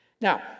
Now